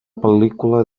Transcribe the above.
pel·lícula